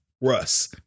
Russ